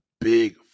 big